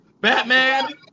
Batman